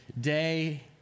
day